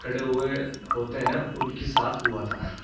کھڑے ہوئے ہوتے ہیں ان کی ساتھ ہوا تھا